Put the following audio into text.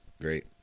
Great